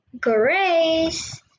grace